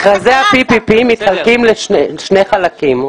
מכרזי ה-PPP מתחלקים לשני חלקים.